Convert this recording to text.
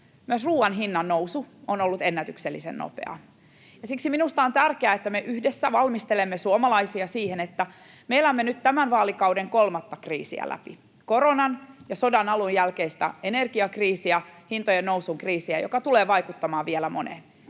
Myös ruuan hinnan nousu on ollut ennätyksellisen nopeaa. Siksi minusta on tärkeää, että me yhdessä valmistelemme suomalaisia siihen, että me elämme nyt tämän vaalikauden kolmatta kriisiä läpi, koronan ja sodan alun jälkeistä energiakriisiä ja hintojen nousun kriisiä, mikä tulee vaikuttamaan vielä moneen.